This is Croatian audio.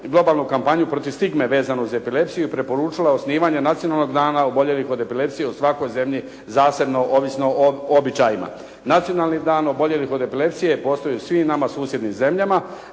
globalnu kampanju protiv stigme vezanu uz epilepsiju i preporučila osnivanje "Nacionalnog dana oboljelih od epilepsije" u svakoj zemlji zasebno ovisno o običajima. Nacionalni dan oboljelih od epilepsije postoji u svim nama susjednim zemljama,